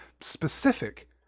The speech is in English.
specific